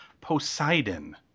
Poseidon